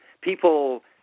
people